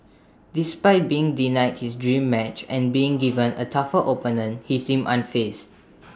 despite being denied his dream match and being given A tougher opponent he seems unfazed